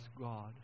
God